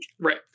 Right